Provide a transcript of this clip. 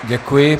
Děkuji.